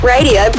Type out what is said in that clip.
Radio